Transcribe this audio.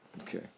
Okay